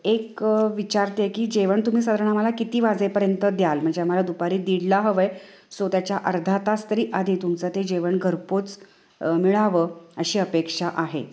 एक विचारते आहे की जेवण तुम्ही साधारण आम्हाला किती वाजेपर्यंत द्याल म्हणजे आम्हाला दुपारी दीडला हवं आहे सो त्याच्या अर्धा तास तरी आधी तुमचं ते जेवण घरपोच मिळावं अशी अपेक्षा आहे